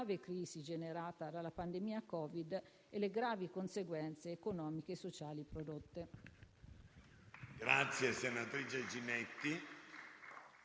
Il percorso che ci viene adesso affidato, dopo l'approvazione, è quello di mettere il Governo nelle condizioni di emanare i decreti legislativi attuativi